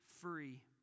free